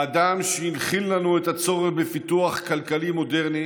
באדם שהנחיל לנו את הצורך בפיתוח כלכלי מודרני